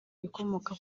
bikomoka